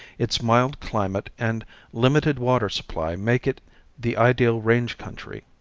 its mild climate and limited water supply make it the ideal range country.